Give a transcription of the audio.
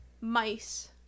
mice